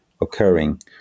occurring